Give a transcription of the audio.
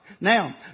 Now